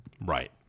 right